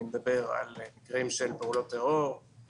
אני מדבר על מקרים של פעולות טרור,